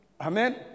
Amen